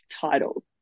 title